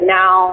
now